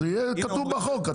אז יהיה כתוב בחוק,